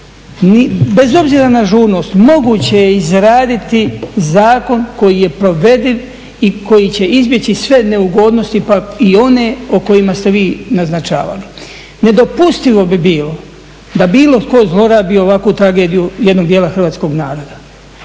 Bez obzira na žurnost moguće je izraditi zakon koji je provediv i koji će izbjeći sve neugodnosti pa i one o kojima ste vi naznačavali. Nedopustivo bi bilo da bilo tko zlorabi ovakvu tragediju jednog dijela hrvatskog naroda.